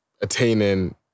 attaining